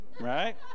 Right